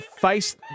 face